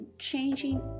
changing